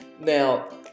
now